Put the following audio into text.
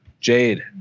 Jade